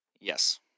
Yes